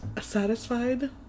Satisfied